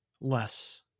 less